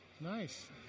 Nice